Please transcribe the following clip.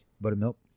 Buttermilk